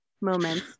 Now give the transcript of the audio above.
moments